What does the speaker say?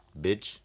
bitch